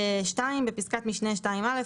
בפסקת משנה (2א),